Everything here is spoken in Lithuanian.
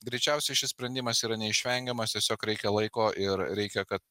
greičiausiai šis sprendimas yra neišvengiamas tiesiog reikia laiko ir reikia kad